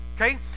okay